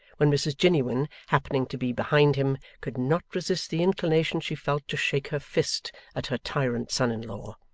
when mrs jiniwin happening to be behind him, could not resist the inclination she felt to shake her fist at her tyrant son-in-law.